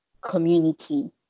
community